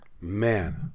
Man